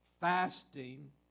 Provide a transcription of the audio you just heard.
fasting